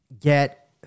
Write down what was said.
get